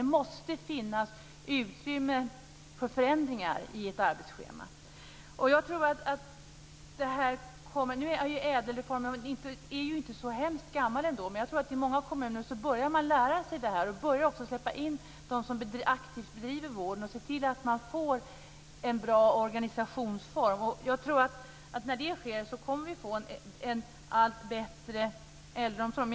Det måste finnas utrymme för förändringar i ett arbetsschema. Ädelreformen är inte så gammal, men jag tror att man i många kommuner börjar att lära sig och släpper in dem som aktivt bedriver vård och får en bra organisationsform. När det sker kommer vi att få en allt bättre äldreomsorg.